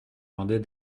vendait